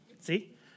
see